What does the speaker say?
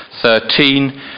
13